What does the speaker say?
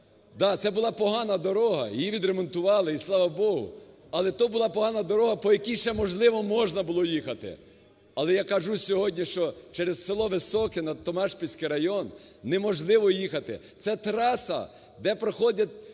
Да, це була погана дорога, її відремонтували і, слава Богу, але то була погана дорога, по якій ще, можливо, можна було їхати. Але я кажу сьогодні, що через село Високе на Томашпільський район неможливо їхати, це траса, де проходять